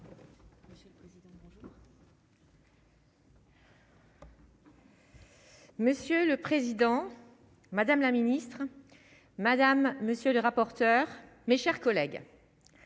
Monsieur le président, madame la ministre, madame, monsieur, les rapporteurs, mes chers collègues,